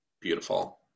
Beautiful